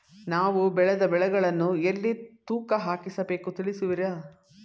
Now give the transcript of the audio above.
ನಾವು ಬೆಳೆದ ಬೆಳೆಗಳನ್ನು ಎಲ್ಲಿ ತೂಕ ಹಾಕಿಸಬೇಕು ತಿಳಿಸುವಿರಾ?